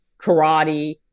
karate